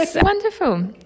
wonderful